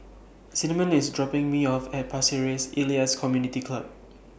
Cinnamon IS dropping Me off At Pasir Ris Elias Community Club